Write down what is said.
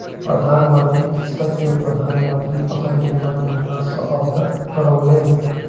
प्रधान मंत्री कृषक के प्रधान मंत्री फसल बीमा योजना सॅ अवगत करौलैन